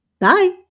Bye